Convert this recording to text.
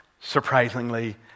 surprisingly